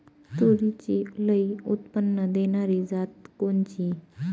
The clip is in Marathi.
तूरीची लई उत्पन्न देणारी जात कोनची?